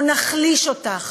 או נחליש אותך,